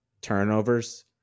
turnovers